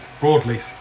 Broadleaf